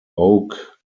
oak